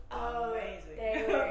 amazing